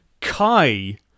kai